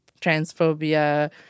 transphobia